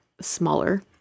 smaller